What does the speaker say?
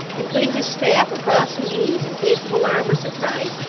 and putting his staff across his knees in case of alarm or surprise,